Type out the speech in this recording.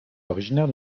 originaires